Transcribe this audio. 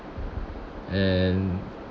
and